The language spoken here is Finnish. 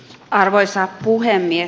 arvoisa puhemies